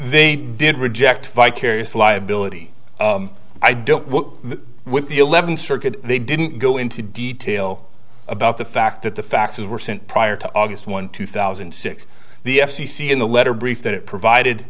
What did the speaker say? they did reject vicarious liability i don't what with the eleventh circuit they didn't go into detail about the fact that the faxes were sent prior to august one two thousand and six the f c c in the letter brief that it provided